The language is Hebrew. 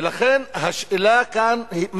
ולכן השאלה כאן,